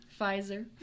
Pfizer